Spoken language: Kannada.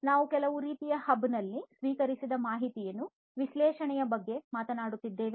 ನಾವು ಕೆಲವು ರೀತಿಯ ಹಬ್ನಲ್ಲಿ ಸ್ವೀಕರಿಸಿದ ಮಾಹಿತಿಯ ವಿಶ್ಲೇಷಣೆಯ ಬಗ್ಗೆ ಮಾತನಾಡುತ್ತಿದ್ದೇವೆ